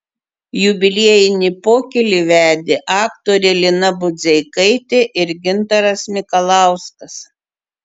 jubiliejinį pokylį vedė aktorė lina budzeikaitė ir gintaras mikalauskas